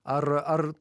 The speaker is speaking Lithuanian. ar ar